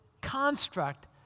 construct